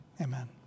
Amen